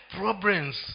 problems